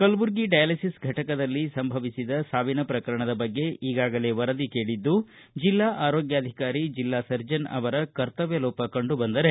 Kalburgi dialysis ಫಟಕದಲ್ಲಿ ಸಂಭವಿಸಿದ ಸಾವಿನ ಪ್ರಕರಣದ ಬಗ್ಗೆ ಈಗಾಗಲೇ ವರದಿ ಕೇಳಿದ್ದು ಜಿಲ್ಲಾ ಆರೋಗ್ವಾಧಿಕಾರಿ ಜೆಲ್ಲಾ ಸರ್ಜನ್ ಅವರ ಕರ್ತವ್ದ ಲೋಪ ಕಂಡು ಬಂದರೆ